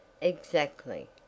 Exactly